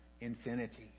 infinity